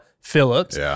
Phillips